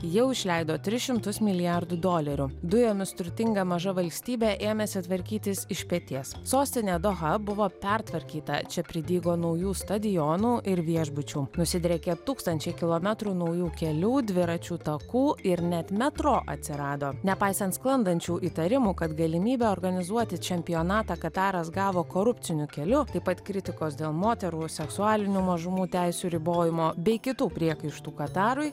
jau išleido tris šimtus milijardų dolerių dujomis turtinga maža valstybė ėmėsi tvarkytis iš peties sostinė doha buvo pertvarkyta čia pridygo naujų stadionų ir viešbučių nusidriekė tūkstančiai kilometrų naujų kelių dviračių takų ir net metro atsirado nepaisant sklandančių įtarimų kad galimybę organizuoti čempionatą kataras gavo korupciniu keliu taip pat kritikos dėl moterų seksualinių mažumų teisių ribojimo bei kitų priekaištų katarui